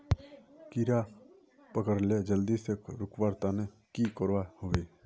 कीड़ा पकरिले जल्दी से रुकवा र तने की करवा होबे?